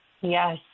Yes